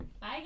Bye